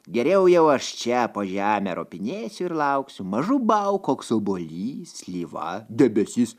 geriau jau aš čia po žemę ropinėsiu ir lauksiu mažu bau koks obuolys slyva debesis